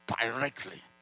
directly